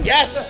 Yes